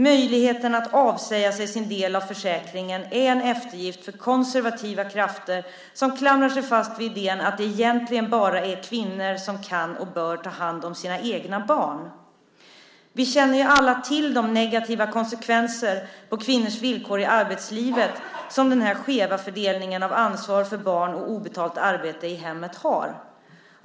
Möjligheten att avsäga sig sin del av försäkringen är en eftergift för konservativa krafter som klamrar sig fast vid idén att det egentligen bara är kvinnor som kan och bör ta hand sina egna barn. Vi känner alla till de negativa konsekvenser för kvinnors villkor i arbetslivet som den skeva fördelningen av ansvar för barn och obetalt arbete i hemmet har.